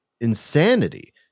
insanity